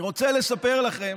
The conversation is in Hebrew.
אני רוצה לספר לכם